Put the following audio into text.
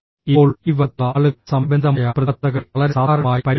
ഇപ്പോൾ ഈ വശത്തുള്ള ആളുകൾ സമയബന്ധിതമായ പ്രതിബദ്ധതകളെ വളരെ സാധാരണമായി പരിഗണിക്കുന്നു